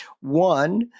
One